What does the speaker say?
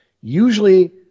Usually